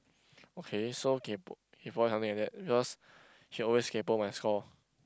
okay so kaypoh kaypoh is something like because he always kaypoh my score